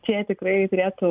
tie tikrai turėtų